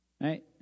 Right